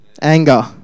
anger